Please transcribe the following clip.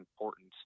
important